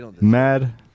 Mad